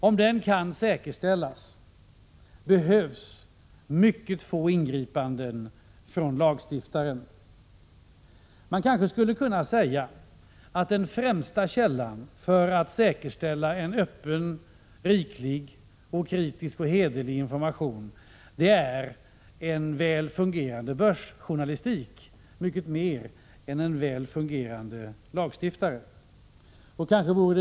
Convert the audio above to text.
Om den kan säkerställas behövs mycket få ingripanden från lagstiftaren. Man skulle kanske kunna säga att den främsta källan för att säkerställa en öppen, riklig, kritisk och hederlig information är en väl fungerande börsjournalistik mycket mer än en väl fungerande lagstiftare.